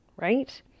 right